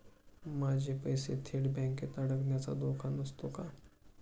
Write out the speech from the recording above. माझे पैसे थेट बँकेत अडकण्याचा धोका नसतो का?